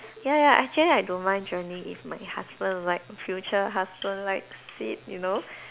ya ya actually I don't mind joining if my husband like future husband likes it you know